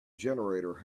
generator